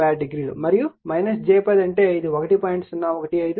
96 degree మరియు j 10 అంటే ఇది 1